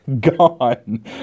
gone